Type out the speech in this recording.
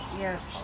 Yes